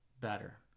better